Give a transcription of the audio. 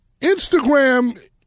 Instagram